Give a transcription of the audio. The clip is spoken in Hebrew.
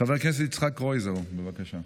חבר הכנסת יצחק קרויזר, בבקשה.